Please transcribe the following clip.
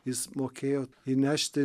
jis mokėjo įnešti